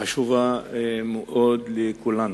וחשובה מאוד לכולנו,